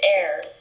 air